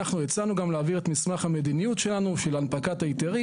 אנחנו הצענו גם להעביר את מסמך המדיניות שלנו של הנפקת ההיתרים.